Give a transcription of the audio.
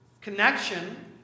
connection